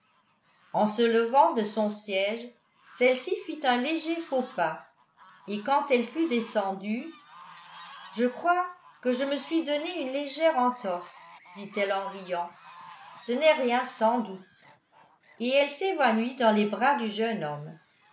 en se levant de son siège celle-ci fit un léger faux pas et quand elle fut descendue je crois que je me suis donné une légère entorse dit-elle en riant ce n'est rien sans doute et elle s'évanouit dans les bras du jeune homme